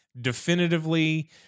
Definitively